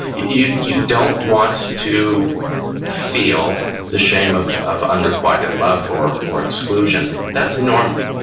you you don't want to feel the shame of of unrequited love or or exclusion. that's normal.